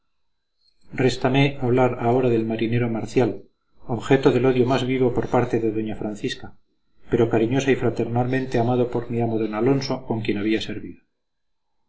réstame hablar ahora del marinero objeto del odio más vivo por parte de doña francisca pero cariñosa y fraternalmente amado por mi amo d alonso con quien había servido